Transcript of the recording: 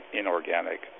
inorganic